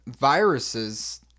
viruses